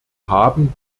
haben